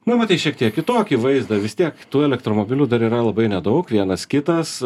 na matai šiek tiek kitokį vaizdą vis tiek tų elektromobilių dar yra labai nedaug vienas kitas